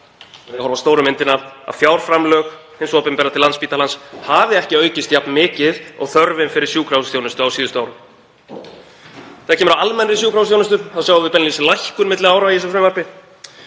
að horfa á stóru myndina, að fjárframlög hins opinbera til Landspítalans hafi ekki aukist jafn mikið og þörfin fyrir sjúkrahúsþjónustu á síðustu árum. Þegar kemur að almennri sjúkrahúsþjónustu sjáum við beinlínis lækkun milli ára í þessu frumvarpi